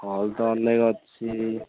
hall ତ ଅନେକ ଅଛି